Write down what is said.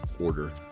order